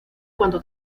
cuando